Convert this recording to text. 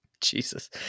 Jesus